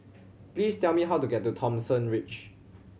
please tell me how to get to Thomson Ridge